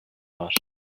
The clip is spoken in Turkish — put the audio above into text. var